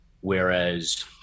Whereas